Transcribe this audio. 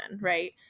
Right